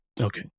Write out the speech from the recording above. Okay